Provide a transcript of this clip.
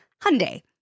Hyundai